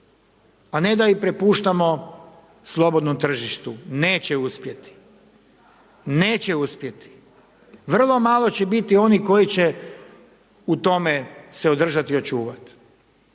a ne da ih prepuštamo slobodnom tržištu, neće uspjeti, neće uspjeti. Vrlo malo će biti onih koji će u tome se održati i očuvati.